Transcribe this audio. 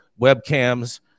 webcams